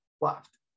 left